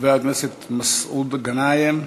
חבר הכנסת מסעוד גנאים.